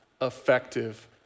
effective